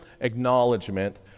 acknowledgement